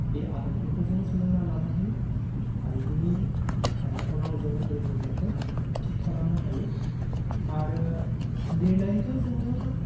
बे आदबफोरखौ जों सोलोंना लानो हायो आरो बिनि उनाव जोङो बे लिरनायखौ थिख खालामनो हायो आरो लिरनायखौ जोङो